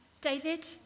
David